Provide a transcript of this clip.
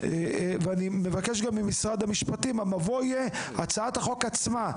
ואני מבקש גם ממשרד המשפטים המבוא יהיה הצעת החוק עצמה,